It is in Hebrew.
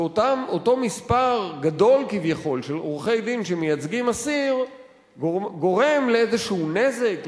שאותו מספר גדול כביכול של עורכי-דין שמייצגים אסיר גורם לאיזה נזק,